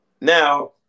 Now